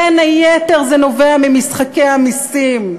בין היתר זה נובע ממשחקי המסים.